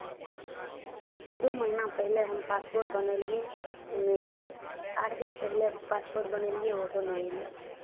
दू महीना पहिले हम पासपोर्ट बनैलियै नहि अयलै आठ दिन पहिले पासपोर्ट बनैलिए ओहो नहि अयलै